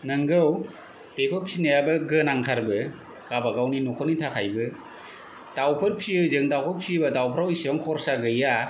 नोंगौ बेखौ फिनायाबो गोनांथारबो गावबा गावनि नखरनि थाखायबो दावफोर फियो जों दावफोर फियोबा दावफ्राव एसेबां खरसा गैया